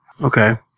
Okay